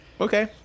okay